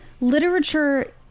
literature